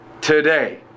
today